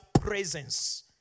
presence